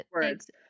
Words